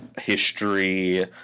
history